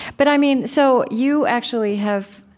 but i mean, so you actually have